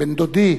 בן-דודי,